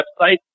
website